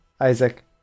Isaac